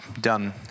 done